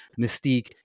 Mystique